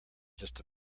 just